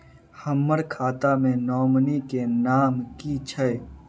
हम्मर खाता मे नॉमनी केँ नाम की छैय